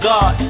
God